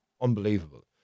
unbelievable